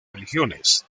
religiones